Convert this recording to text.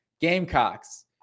Gamecocks